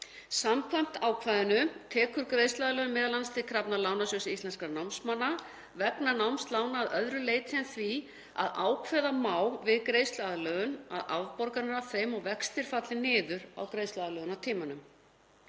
Samkvæmt ákvæðinu tekur greiðsluaðlögun m.a. til krafna Lánasjóðs íslenskra námsmanna vegna námslána að öðru leyti en því að ákveða má við greiðsluaðlögun að afborganir af þeim og vextir falli niður á greiðsluaðlögunartímanum.